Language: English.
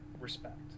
respect